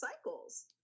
cycles